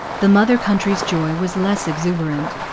the mother country's joy was less exuberant.